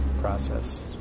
process